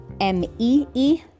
M-E-E